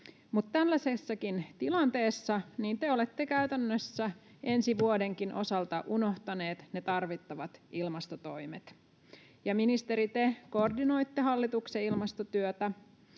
tällaisessakin tilanteessa te olette käytännössä ensi vuodenkin osalta unohtaneet ne tarvittavat ilmastotoimet. Ministeri, te koordinoitte hallituksen ilmastotyötä,